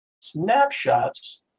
snapshots